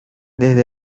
desde